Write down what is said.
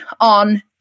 on